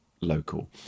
local